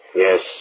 Yes